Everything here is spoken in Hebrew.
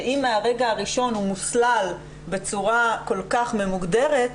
שאם מהרגע הראשון הוא מוסלל בצורה כל כך ממוגדרת,